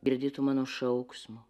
girdi tu mano šauksmą